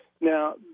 Now